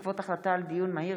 התרבות והספורט בעקבות דיון מהיר